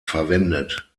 verwendet